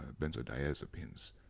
Benzodiazepines